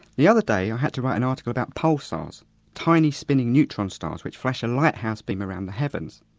the other day i had to write an article about pulsars, tiny spinning neutron stars which flash a lighthouse beam around the heavens.